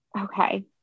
Okay